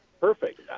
perfect